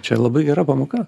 čia labai gera pamoka